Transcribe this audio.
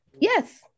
Yes